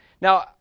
Now